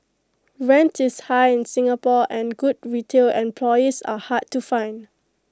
rent is high in Singapore and good retail employees are hard to find